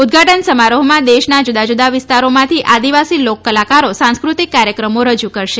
ઉદ્દઘાટન સમારોહમાં દેશના જુદા જુદા વિસ્તારોમાંથી આદિવાસી લોક કલાકારો સાંસ્કૃતિક કાર્યક્રમો રજૂ કરશે